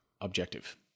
objective